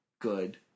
good